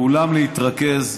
כולם להתרכז.